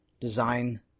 design